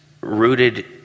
rooted